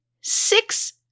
six